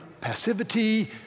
passivity